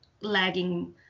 lagging